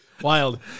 wild